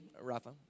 Rafa